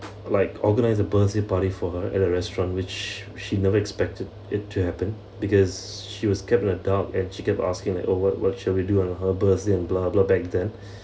like organise a birthday party for her at a restaurant which she never expected it to happen because she was kept in the dark and she kept asking like oh what what shall we do on her birthday and blah blah back then